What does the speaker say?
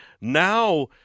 Now